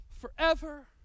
forever